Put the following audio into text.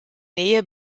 nähe